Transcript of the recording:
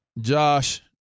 Josh